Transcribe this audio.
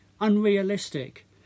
unrealistic